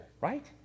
right